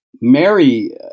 Mary